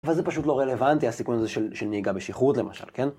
אבל זה פשוט לא רלוונטי, הסיכון הזה של נהיגה בשכרות למשל, כן?